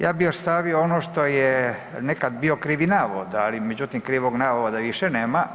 Ja bi ostavio ono što je nekad bio krivi navod, ali međutim krivog navoda više nema.